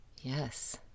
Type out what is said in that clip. Yes